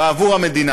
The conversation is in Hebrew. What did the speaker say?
בעבור המדינה.